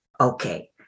okay